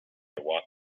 four